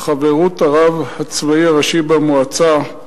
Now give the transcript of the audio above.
(חברות הרב הצבאי הראשי במועצה)